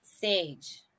Sage